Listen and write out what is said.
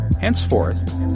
henceforth